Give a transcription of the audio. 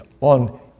on